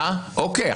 אוקיי.